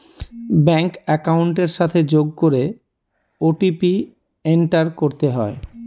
bank একাউন্টের সাথে যোগ করে ও.টি.পি এন্টার করতে হয়